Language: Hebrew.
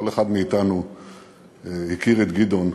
כל אחד מאתנו הכיר את גדעון,